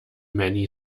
many